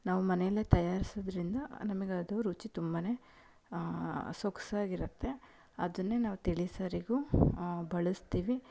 ನಾವು ಮನೆಯಲ್ಲೇ ತಯಾರ್ಸೋದ್ರಿಂದ ನಮಗೆ ಅದು ರುಚಿ ತುಂಬ ಸೊಗಸಾಗಿರತ್ತೆ ಅದನ್ನೆ ನಾವು ತಿಳಿಸಾರಿಗೂ ಬಳಸ್ತೀವಿ